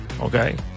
Okay